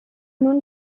nun